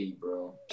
bro